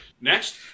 Next